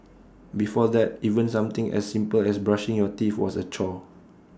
before that even something as simple as brushing your teeth was A chore